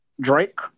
Drake